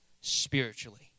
spiritually